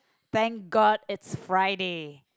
thank god it's Friday